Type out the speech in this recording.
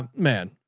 um man.